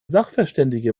sachverständige